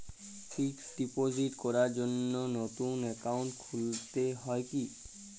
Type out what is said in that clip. Fix deposit করার জন্য নতুন অ্যাকাউন্ট খুলতে হয় কী?